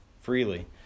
freely